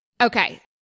Okay